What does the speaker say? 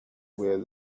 where